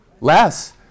Less